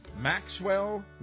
Maxwell